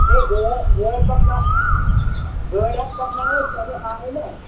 ہے گٲ گٲڑۍ پَکنا گٲڑۍ حظ پَکناوَو أسۍ تَمہِ آیہِ نا